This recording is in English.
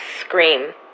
Scream